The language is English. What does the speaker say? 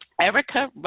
Erica